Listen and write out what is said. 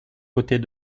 côtés